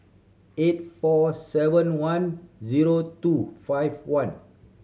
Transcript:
eight four seven one zero two five one